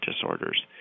disorders